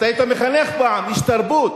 היית מחנך פעם, איש תרבות.